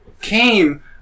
came